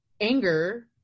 anger